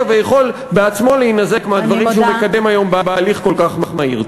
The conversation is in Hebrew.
ויכול בעצמו להינזק מהדברים שהוא מקדם היום בהליך כל כך מהיר.